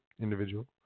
individual